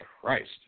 Christ